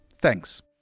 thanks